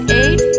eight